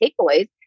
takeaways